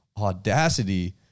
audacity